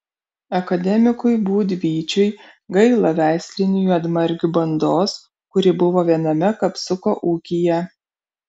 akademikui būdvyčiui gaila veislinių juodmargių bandos kuri buvo viename kapsuko ūkyje